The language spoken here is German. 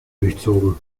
durchzogen